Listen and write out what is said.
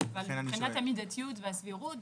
אבל מבחינת המידתיות והסבירות,